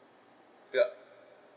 ya